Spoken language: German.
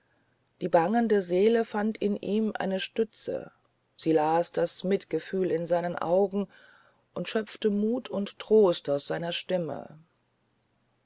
die bangende seele fand an ihm eine stütze sie las das mitgefühl in seinen augen und schöpfte mut und trost aus seiner stimme